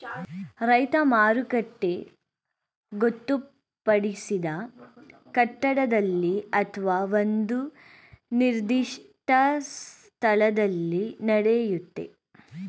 ರೈತ ಮಾರುಕಟ್ಟೆ ಗೊತ್ತುಪಡಿಸಿದ ಕಟ್ಟಡದಲ್ಲಿ ಅತ್ವ ಒಂದು ನಿರ್ದಿಷ್ಟ ಸ್ಥಳದಲ್ಲಿ ನಡೆಯುತ್ತೆ